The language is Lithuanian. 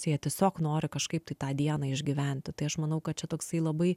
jie tiesiog nori kažkaip tą dieną išgyventi tai aš manau kad čia toksai labai